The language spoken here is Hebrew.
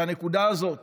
שהנקודה הזאת